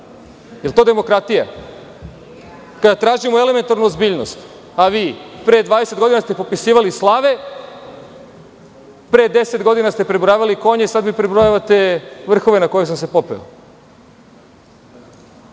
Je li to demokratija? Treba da tražimo elementranu ozbiljnost. A vi, pre 20 godina ste popisivali slave, pre 10 godina ste prebrojavali konje, sad mi prebrojavate vrhove na koje sam se popeo.